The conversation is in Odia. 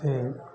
ସେ